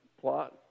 plot